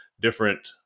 different